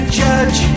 judge